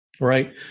Right